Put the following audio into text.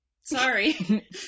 Sorry